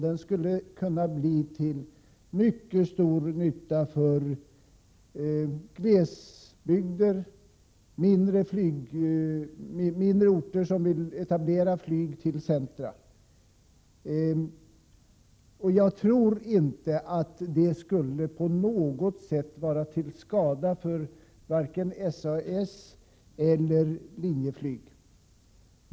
Det skulle kunna bli till mycket stor nytta för glesbygder och för mindre orter, som vill etablera flygförbindelse till centrala orter. Jag tror inte att det på något sätt skulle vara till skada för vare sig SAS eller Linjeflyg.